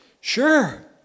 Sure